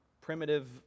primitive